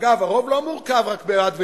אגב, הרוב לא מורכב רק בעד ונגד,